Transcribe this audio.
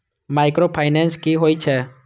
Micro finance कि होई छै?